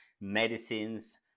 medicines